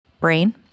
brain